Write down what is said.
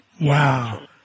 Wow